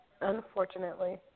unfortunately